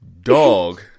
Dog